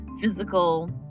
physical